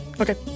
Okay